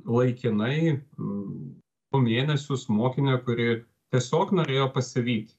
laikinai du mėnesius mokinę kuri tiesiog norėjo pasivyti